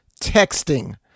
texting